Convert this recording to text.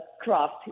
craft